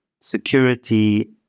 security